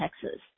Texas